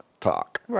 talk